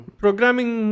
programming